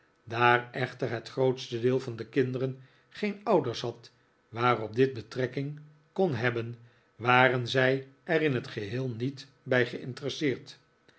daar echter het grootste deel van de kinderen geen ouders had waarop dit betrekking kon hebben waren zij er in t geheel niet bij gemteresseerd